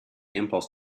impulse